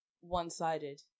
one-sided